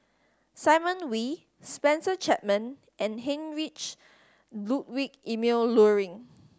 Simon Wee Spencer Chapman and Heinrich Ludwig Emil Luering